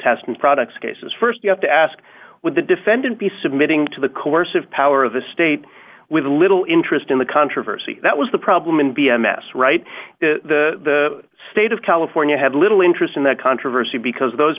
test and products cases st you have to ask with the defendant be submitting to the coercive power of the state with little interest in the controversy that was the problem in b m s right the state of california had little interest in the controversy because those